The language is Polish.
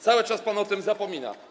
Cały czas pan o tym zapomina.